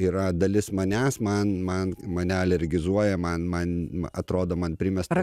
yra dalis manęs man man mane alergizuoja man man atrodo man primesta